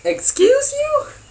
excuse me